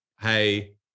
Hey